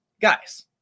Guys